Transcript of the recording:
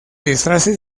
disfraces